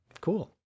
cool